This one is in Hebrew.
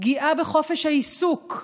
פגיעה בחופש העיסוק.